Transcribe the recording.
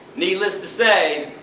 needless to say,